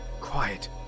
quiet